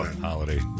holiday